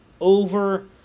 over